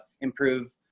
improve